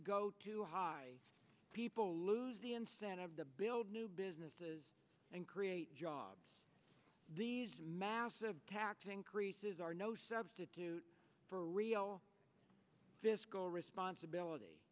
go too high people lose the incentive the build new businesses and create jobs these massive tax increases are no substitute for a fiscal responsibility